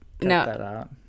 no